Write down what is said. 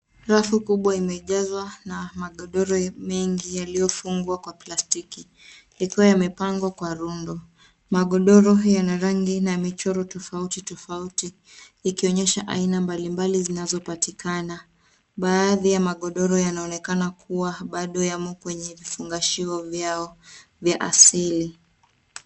Rafu kubwa imejaswa na magodoro mingi yaliofungwa kwa plastiki ikiwa yamepangwa kwa rundo. Magodoro hiyo yana rangi na michoro tafauti tafauti ikionyesha aina mbali mbali zinazopatikana, baadhi ya magodoro yanaonekana kuwa bado yamo kwenye vifungashio vyao vya asili.